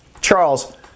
Charles